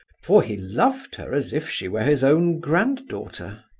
for he loved her as if she were his own granddaughter.